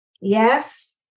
yes